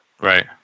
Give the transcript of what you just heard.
Right